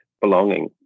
belonging